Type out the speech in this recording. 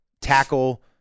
tackle